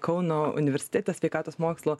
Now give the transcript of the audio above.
kauno universitete sveikatos mokslo